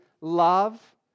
love